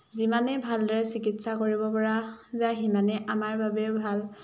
যিমানে ভালদৰে চিকিৎসা কৰিব পৰা যাই সিমানে আমাৰ বাবে ভাল